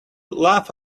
laugh